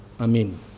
Amen